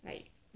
like